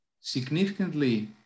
significantly